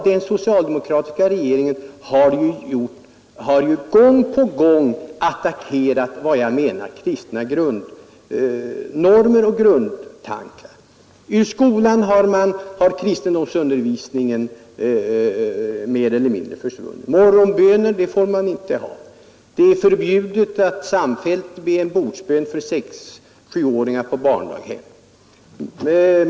Den socialdemokratiska regeringen har gång på gång attackerat vad jag menar är kristna normer. I skolan har kristendomsundervisningen mer eller mindre försvunnit. Morgonböner får man inte ha. Det är förbjudet att samfällt be bordsbön på barndaghem.